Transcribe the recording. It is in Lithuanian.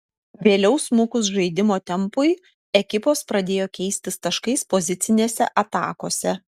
vėliau smukus žaidimo tempui ekipos pradėjo keistis taškais pozicinėse atakose